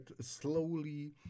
slowly